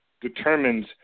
determines